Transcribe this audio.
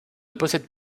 possèdent